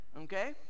okay